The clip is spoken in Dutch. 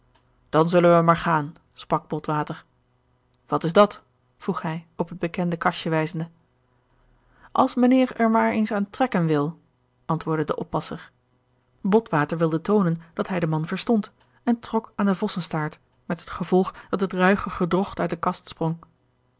dan zullen we maar gaan sprak botwater wat is dat vroeg hij op het bekende kastje wijzende als mijnheer er maar eens aan trekken wil antwoordde de oppasser botwater wilde toonen dat hij den man verstond en trok aan de vossenstaart met het gevolg dat het ruige gedrocht uit de kast sprong